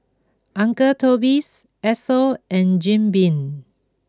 Uncle Toby's Esso and Jim Beam